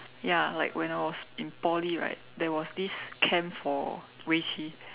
ya like when I was in Poly right there was this camp for 围棋